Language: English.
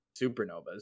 supernovas